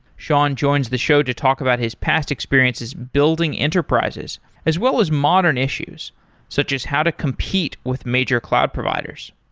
shaun joins the show to talk about his past experiences building enterprises as well as modern issues such as how to compete with major cloud providers.